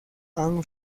han